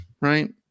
right